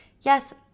yes